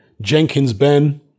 Jenkins-Ben